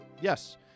Yes